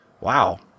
Wow